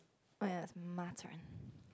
oh ya it's my turn